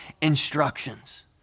instructions